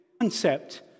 concept